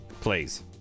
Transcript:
Please